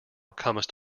comest